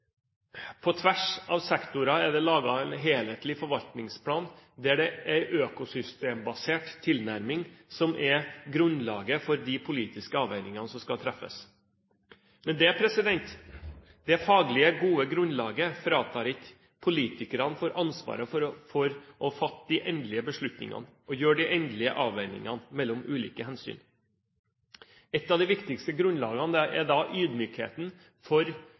På tvers av sektorer er det laget en helhetlig forvaltningsplan, der en økosystembasert tilnærming er grunnlaget for de politiske avveiningene som skal gjøres. Men det faglig gode grunnlaget fratar ikke politikerne ansvaret for å fatte de endelige beslutningene og gjøre de endelige avveiningene mellom ulike hensyn. Et av de viktigste grunnlagene er ydmykheten for